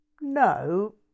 No